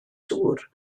dŵr